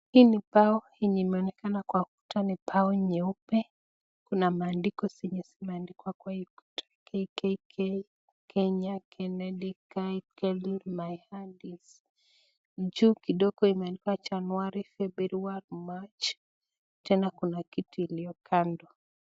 Hii ni ubao yenye imeonekana kwa ukuta ni ubao nyeupe, kuna maandiko zenye zimeandikwa kwa hii ukuta, Kk,Kenya, Kennedy, Kyle, Kevin my hand is juu kidogo imeandikwa January, february, march tena kuna kitu iliyo kando.